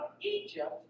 Egypt